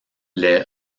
les